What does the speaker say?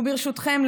וברשותכם,